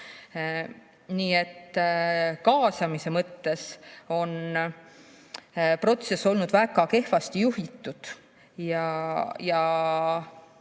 Nii et kaasamise mõttes on protsess olnud väga kehvasti juhitud.